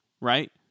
right